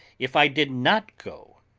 if i did not go,